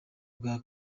ubwa